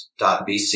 bc